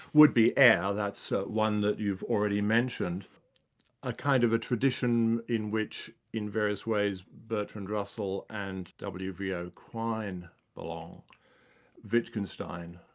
would be ayer, that's so one that you've already mentioned a kind of a tradition in which in various ways bertrand russell and w. v. o. quine belong wittgenstein,